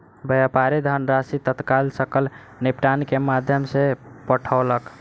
व्यापारी धनराशि तत्काल सकल निपटान के माध्यम सॅ पठौलक